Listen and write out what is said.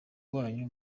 wanyu